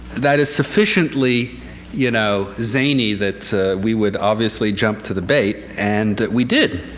that is sufficiently you know zany that we would, obviously, jump to the bait, and we did.